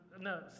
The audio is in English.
no